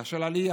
אלא של עלייה.